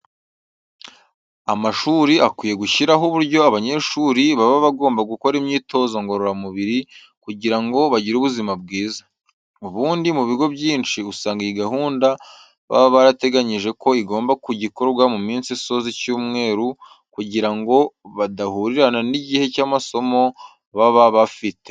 Amashuri akwiye gushyiraho uburyo abanyeshuri baba bagomba gukora imyitozo ngororamubiri kugira ngo bagire ubuzima bwiza. Ubundi mu bigo byinshi usanga iyi gahunda baba barateganyije ko igomba kujya ikorwa mu minsi isoza icyumweru kugira ngo bidahurirana n'igihe cy'amasomo baba bafite.